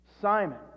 Simon